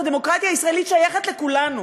הדמוקרטיה הישראלית שייכת לכולנו,